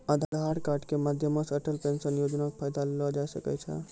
आधार कार्ड के माध्यमो से अटल पेंशन योजना के फायदा लेलो जाय सकै छै